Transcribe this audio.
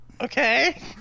Okay